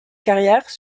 carrière